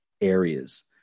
areas